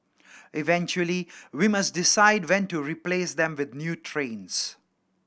eventually we must decide when to replace them with new trains